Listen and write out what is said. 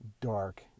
dark